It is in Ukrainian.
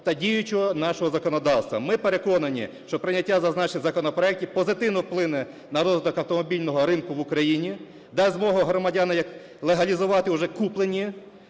та діючого нашого законодавства ми переконані, що прийняття зазначених законопроектів позитивно вплине на розвиток автомобільного ринку в України, дасть змогу громадянам легалізувати уже куплені